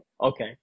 okay